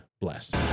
bless